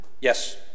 Yes